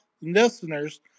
listeners